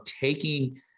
taking